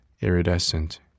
iridescent